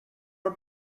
are